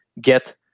get